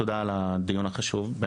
תודה על קיום הדיון החשוב הזה,